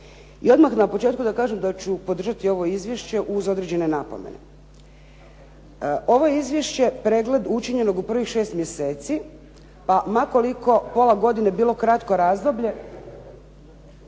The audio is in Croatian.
I odmah na početku da kažem da ću podržati ovo izvješće uz određene napomene. Ovo izvješće je pregled učinjenog u prvih šest mjeseci pa ma koliko pola godine bilo kratko razdoblje